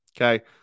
okay